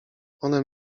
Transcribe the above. one